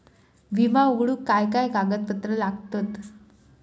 विमो उघडूक काय काय कागदपत्र लागतत?